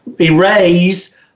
erase